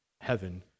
heaven